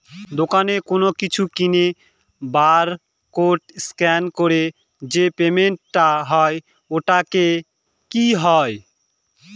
দোকানে কোনো কিছু কিনে বার কোড স্ক্যান করে যে পেমেন্ট টা হয় ওইটাও কি হয়?